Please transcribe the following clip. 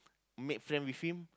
make friend with him